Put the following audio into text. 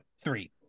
Three